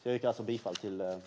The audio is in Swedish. Jag yrkar bifall till reservationen.